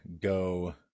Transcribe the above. go